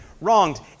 wronged